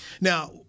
now